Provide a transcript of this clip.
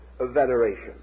veneration